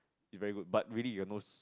it's very good but really you have no